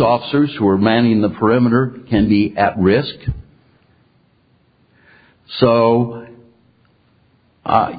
officers who are manning the perimeter can be at risk so